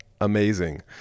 amazing